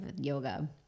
yoga